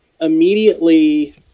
immediately